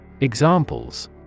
Examples